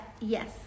yes